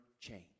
change